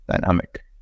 dynamic